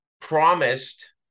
promised